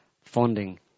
funding